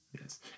Yes